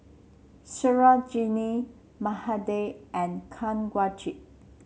Sarojini Mahade and Kanwaljit